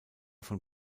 von